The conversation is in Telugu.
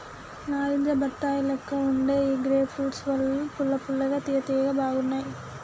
నారింజ బత్తాయి లెక్క వుండే ఈ గ్రేప్ ఫ్రూట్స్ పుల్ల పుల్లగా తియ్య తియ్యగా బాగున్నాయ్